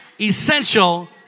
essential